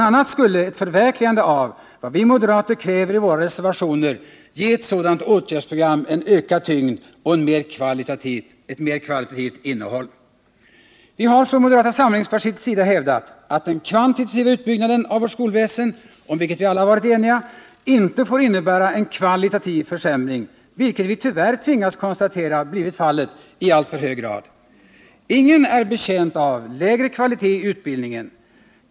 a. skulle ett förverkligande av vad vi moderater kräver i våra reservationer ge ett sådant åtgärdsprogram en ökad tyngd och ett mer kvalitativt innehåll. Vi har från moderata samlingspartiets sida hävdat att den kvantitativa utbyggnaden av vårt skolväsen, om vilken vi alla varit eniga, inte får innebära en kvalitativ försämring, vilket vi tyvärr tvingas konstatera blivit fallet i alltför hög grad. Ingen är betjänt av lägre kvalitet i utbildningen.